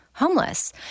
homeless